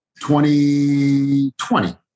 2020